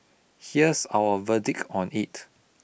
here's our verdict on it